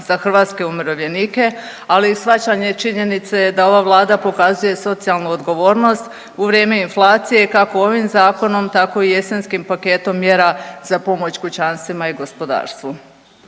za hrvatske umirovljenike, ali i shvaćanje činjenice da ova Vlada pokazuje socijalnu odgovornost u vrijeme inflacije, kako ovim Zakonom, tako i jesenskim paketom mjera za pomoć kućanstvima i gospodarstvu.